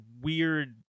weird